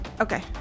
Okay